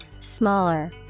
smaller